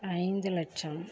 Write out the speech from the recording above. ஐந்து லட்சம்